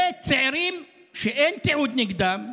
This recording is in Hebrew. וצעירים שאין תיעוד נגדם,